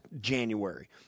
January